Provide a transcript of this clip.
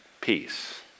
peace